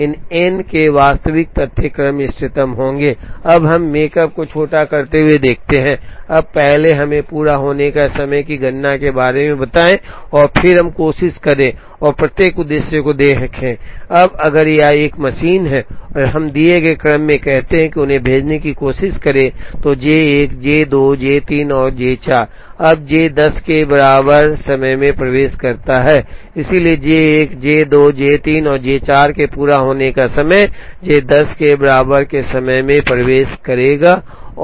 इन n के वास्तविक तथ्य क्रम इष्टतम होंगेI अब हम मेकप को छोटा करते हुए देखते हैं अब पहले हमें पूरा होने के समय की गणना के बारे में बताएं और फिर हम कोशिश करें और प्रत्येक उद्देश्य को देखें अब अगर यह एक मशीन है और हम दिए गए क्रम में कहते हैं कि उन्हें भेजने की कोशिश करें तो J 1 J 2 J 3 और J 4 अब J 1 0 के बराबर समय में प्रवेश करता है इसलिए J 1 J 2 J 3 और J 4 के लिए पूरा होने का समय J 1 0 के बराबर समय में प्रवेश करेगा